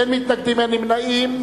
אין מתנגדים, אין נמנעים.